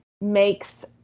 makes